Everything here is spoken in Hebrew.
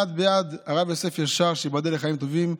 יד ביד, הרב יוסף ישר, שייבדל לחיים טובים,